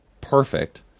perfect